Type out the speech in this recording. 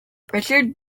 richard